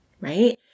right